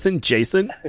jason